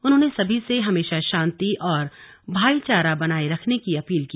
उन्होंने सभी से हमेशा शांति और भाईचारा बनाये रखने की अपील की